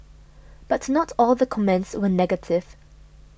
but not all the comments were negative